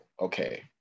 okay